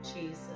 Jesus